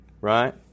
Right